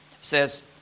says